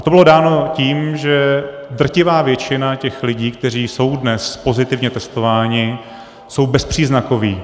A to bylo dáno tím, že drtivá většina těch lidí, kteří jsou dnes pozitivně testováni, jsou bezpříznakoví.